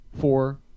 four